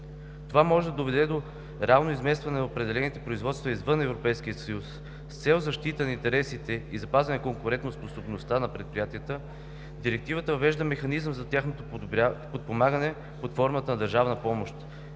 Това може да доведе до реално изместване на определени производства извън Европейския съюз. С цел защита на интересите и запазване на конкурентоспособността на предприятията Директивата въвежда механизъм за тяхното подпомагане под формата на държавна помощ.